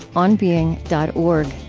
onbeing dot org.